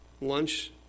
lunch